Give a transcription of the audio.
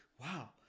Wow